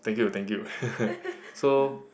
thank you thank you so